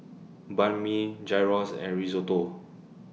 Banh MI Gyros and Risotto